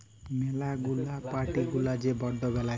ম্যালা গুলা পার্টি গুলা যে বন্ড বেলায়